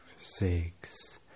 six